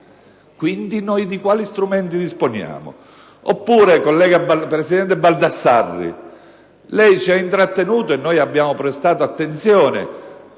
Quindi, noi di quali strumenti disponiamo? Eppure, lei, presidente Baldassarri, ci ha intrattenuto (e noi abbiamo prestato attenzione